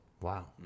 Wow